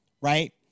right